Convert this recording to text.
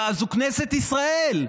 זו כנסת ישראל.